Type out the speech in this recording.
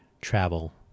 travel